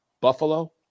Buffalo